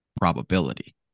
probability